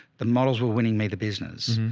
the models were winning me the business.